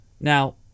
now